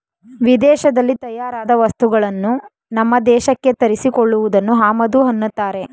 ವಿದೇಶದಲ್ಲಿ ತಯಾರಾದ ವಸ್ತುಗಳನ್ನು ನಮ್ಮ ದೇಶಕ್ಕೆ ತರಿಸಿ ಕೊಳ್ಳುವುದನ್ನು ಆಮದು ಅನ್ನತ್ತಾರೆ